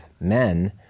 men